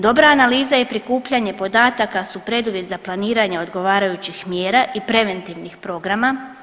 Dobra analiza i prikupljanje podataka su preduvjet za planiranje odgovarajućih mjera i preventivnih programa.